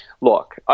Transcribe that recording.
look